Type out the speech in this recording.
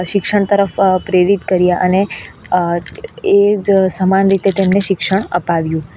શિક્ષણ તરફ પ્રેરિત કર્યા અને એ જ સમાન રીતે તેમને શિક્ષણ અપાવ્યું